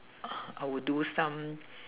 I would do some